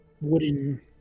wooden